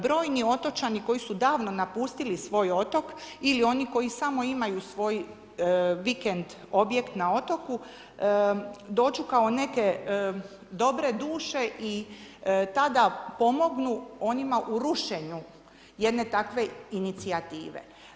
Brojni otočani koji su davno napustili svoj otok ili oni koji samo imaju svoj vikend objekt na otoku, dođu kao neke dobre duše i tada pomognu onima u rušenju jedne takve inicijative.